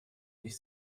ich